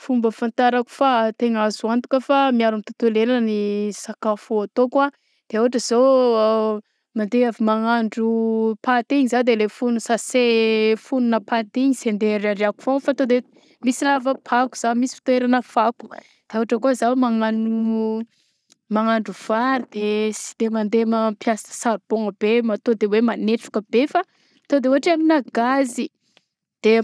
Fomba afantarako fa tegna azo antoka fa miaro ny tontolo iaignana ny sakafo ataoko a de ôhatra zao mandeha avy magnandro paty igny za de le fonony sase, fonona paty igny sy andeha ariariako foagnany fa to de misy lava-pako za misy fitoeragna fako de ôhatra ko za magnano magnandro vary de sy de mandeha mampiasa saribogna be ma- to de hoe manetroka be fa to de ôhatra hoe aminà gazy.